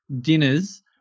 dinners